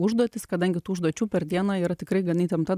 užduotys kadangi tų užduočių per dieną yra tikrai gana įtempta